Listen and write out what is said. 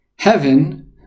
Heaven